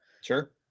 sure